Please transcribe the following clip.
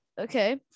Okay